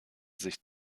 sich